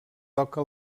toca